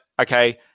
Okay